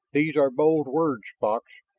these are bold words, fox.